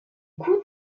coût